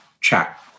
check